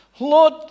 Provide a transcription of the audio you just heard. Lord